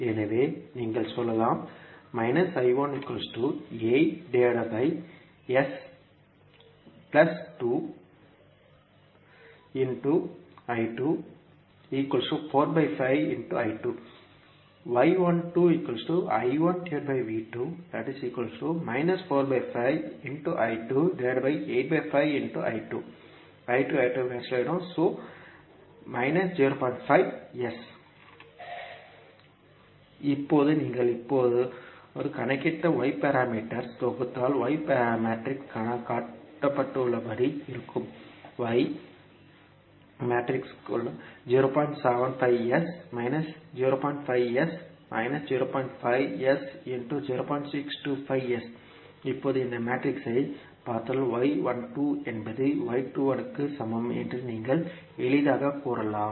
எனவே நீங்கள் சொல்லலாம் இப்போது நீங்கள் இப்போது கணக்கிட்ட y பாராமீட்டர்ஸ் ஐ தொகுத்தால் y மேட்ரிக்ஸ் காட்டப்பட்டுள்ளபடி இருக்கும் இப்போது இந்த மேட்ரிக்ஸைப் பார்த்தால் y 12 என்பது y 21 க்கு சமம் என்று நீங்கள் எளிதாகக் கூறலாம்